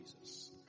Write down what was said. Jesus